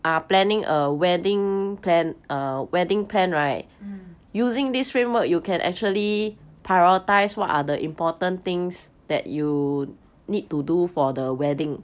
mm